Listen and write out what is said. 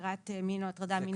בעבירת מין או הטרדה מינית.